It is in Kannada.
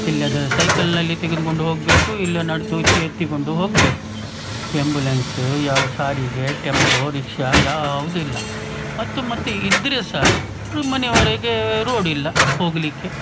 ಇಲ್ಲಂದರೆ ಸೈಕಲ್ನಲ್ಲಿ ತೆಗೆದುಕೊಂಡು ಹೋಗಬೇಕು ಇಲ್ಲ ನಡೆದು ಎತ್ತಿಕೊಂಡು ಹೋಗಬೇಕು ಎಂಬುಲೆನ್ಸ್ ಯಾವ ಸಾರಿಗೆ ಟೆಂಪೊ ರಿಕ್ಷಾ ಯಾವುದೂ ಇಲ್ಲ ಮತ್ತು ಮತ್ತೆ ಇದ್ದರೆ ಸಹ ಮನೆವರೆಗೆ ರೋಡ್ ಇಲ್ಲ ಹೋಗಲಿಕ್ಕೆ